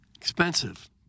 Expensive